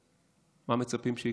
מה מצפים שיקרה?